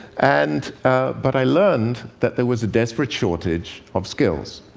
and but i learned that there was a desperate shortage of skills,